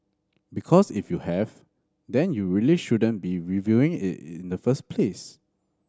because if you have then you really shouldn't be reviewing it in the first place